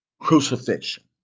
crucifixion